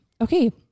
Okay